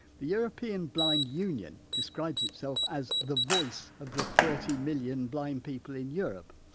the european blind union describes itself as the voice of the thirty million blind people in europe,